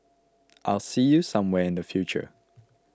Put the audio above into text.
I'll see you somewhere in the future